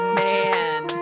man